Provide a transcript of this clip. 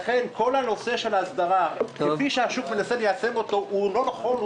לכן כל נושא ההסדרה כפי שהשוק מנסה ליישם אותו הוא לא נכון,